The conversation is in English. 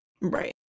Right